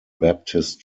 baptist